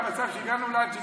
והמצב שהגענו לאן שהגענו,